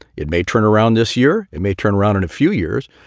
it may turn around this year. it may turn around in a few years.